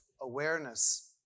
awareness